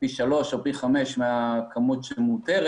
פי שלוש או פי חמש מהכמות המותרת